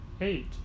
Eight